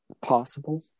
Possible